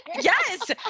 Yes